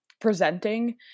presenting